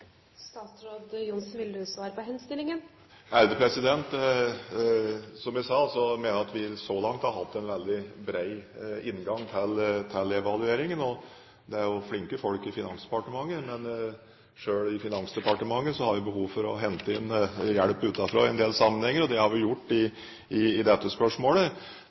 Vil statsråd Sigbjørn Johnsen svare på henstillingen? Som jeg sa, mener jeg at vi så langt har hatt en veldig bred inngang til evalueringen. Det er jo flinke folk i Finansdepartementet, men selv i Finansdepartementet har vi behov for å hente inn hjelp utenfra i en del sammenhenger. Det har vi gjort i dette spørsmålet.